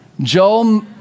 Joel